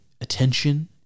attention